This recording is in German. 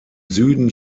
süden